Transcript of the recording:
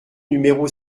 numéro